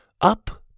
Up